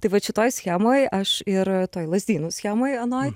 tai vat šitoj schemoj aš ir toj lazdynų schemoj anoj